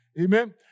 Amen